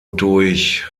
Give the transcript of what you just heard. durch